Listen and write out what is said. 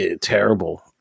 terrible